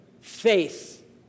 faith